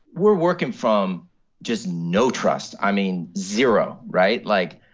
we're working from just no trust i mean, zero, right? like,